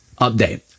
update